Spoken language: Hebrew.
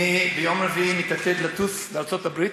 אני ביום רביעי מתעתד לטוס לארצות-הברית,